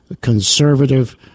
conservative